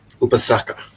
Upasaka